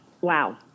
Wow